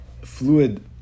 fluid